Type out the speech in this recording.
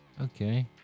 Okay